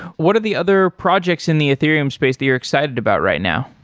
what are the other projects in the ethereum space that you're excited about right now?